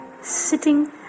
sitting